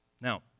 Now